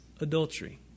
adultery